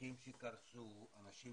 העסקים שקרסו, אנשים